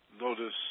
notice